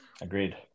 Agreed